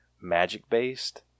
magic-based